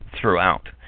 throughout